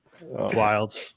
Wild